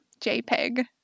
jpeg